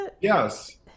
Yes